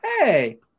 Hey